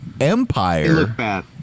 Empire